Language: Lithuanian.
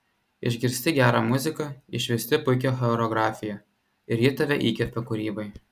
išgirsti gerą muziką išvysti puikią choreografiją ir ji tave įkvepia kūrybai